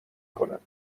کنم